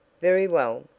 very well,